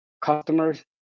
customers